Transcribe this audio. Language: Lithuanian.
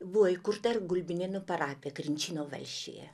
buvo įkurta ir gulbinėnų parapijai krinčino valsčiuje